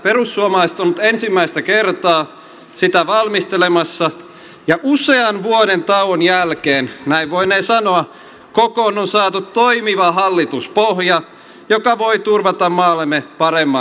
perussuomalaiset on nyt ensimmäistä kertaa sitä valmistelemassa ja usean vuoden tauon jälkeen näin voinee sanoa kokoon on saatu toimiva hallituspohja joka voi turvata maallemme paremman tulevaisuuden